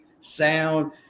sound